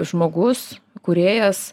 žmogus kūrėjas